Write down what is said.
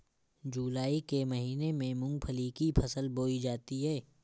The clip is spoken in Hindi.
जूलाई के महीने में मूंगफली की फसल बोई जाती है